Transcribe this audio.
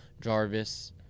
Jarvis